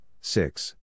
six